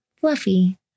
Fluffy